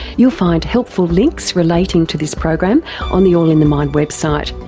you'll find helpful links relating to this program on the all in the mind website.